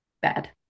bad